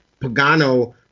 Pagano